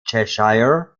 cheshire